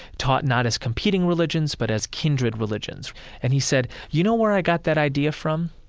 taught not as competing religions but as kindred religions and he said, you know where i got that idea from?